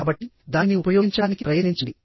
కాబట్టిదానిని ఉపయోగించడానికి ప్రయత్నించండి